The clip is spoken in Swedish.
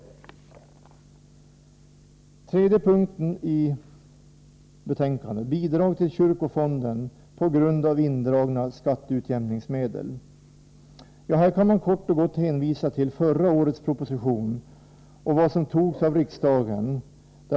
3. Bidrag till kyrkofonden på grund av indragna skatteutjämningsmedel. Här kan man kort och gott hänvisa till förra årets proposition och vad som beslutades av riksdagen.